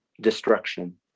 destruction